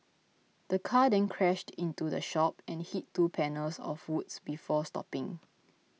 the car then crashed into the shop and hit two panels of woods before stopping